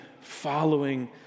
following